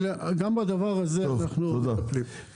גם בדבר הזה אנחנו מטפלים.